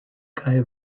kaj